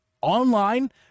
online